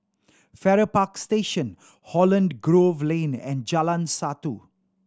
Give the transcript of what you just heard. Farrer Park Station Holland Grove Lane and Jalan Satu